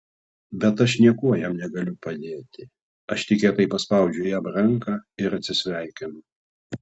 bet aš niekuo jam negaliu padėti aš tik kietai paspaudžiu jam ranką ir atsisveikinu